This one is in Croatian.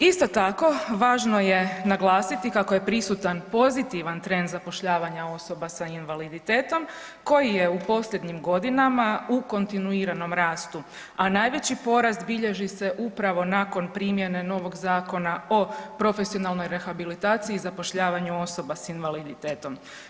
Isto tako važno je naglasiti kako je prisutan pozitivan trend zapošljavanja osoba sa invaliditetom koji je u posljednjim godinama u kontinuiranom rastu, a najveći porast bilježi se upravo nakon primjene novog Zakona o profesionalnoj rehabilitaciji i zapošljavanju osoba s invaliditetom.